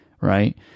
right